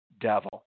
devil